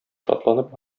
шатланып